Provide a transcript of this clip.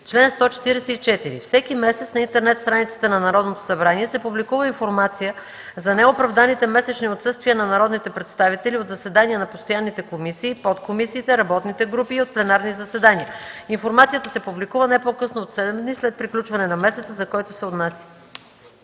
„Чл. 144. Всеки месец на интернет страницата на Народното събрание се публикува информация за неоправданите месечни отсъствия на народните представители от заседания на постоянните комисии, подкомисиите, работните групи и от пленарни заседания. Информацията се публикува не по-късно от 7 дни след приключване на месеца, за който се отнася.”